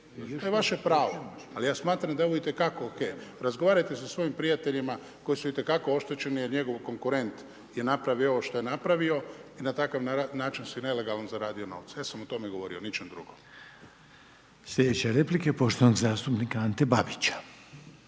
to je vaše pravo, ali ja smatram da je ovo itekako ok, razgovarajte sa svojim prijateljima, koji su itekako oštećeni, od njegovog konkurenta, je napravio ovo što je napravio i na takav način si je nelegalno zaradio novce. Ja sam o tome govorio, o ničem drugom. **Reiner, Željko (HDZ)** Sljedeća replika, poštovanog zastupnika Ante Babića.